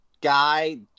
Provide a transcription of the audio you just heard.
guy